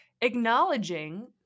acknowledging